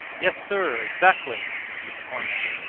yes, sir, exactly said the cornet,